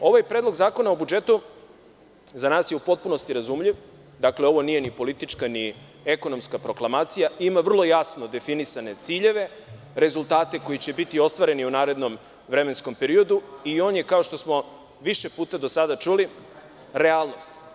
Ovaj Predlog zakona o budžetu za nas je u potpunosti razumljiv, dakle, ovo nije ni politička ni ekonomska proklamacija, ima vrlo jasno definisane ciljeve, rezultate koji će biti ostvareni u narednom vremenskom periodu i on je kao što smo više puta do sada čuli, realnost.